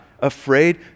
afraid